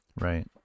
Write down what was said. Right